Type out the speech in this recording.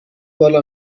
بالا